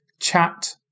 chat